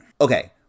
Okay